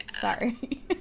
sorry